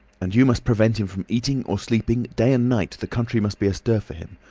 and you must prevent him from eating or sleeping day and night the country must be astir for him.